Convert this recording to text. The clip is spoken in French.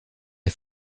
est